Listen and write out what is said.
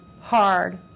hard